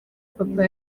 papa